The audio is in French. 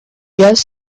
gaz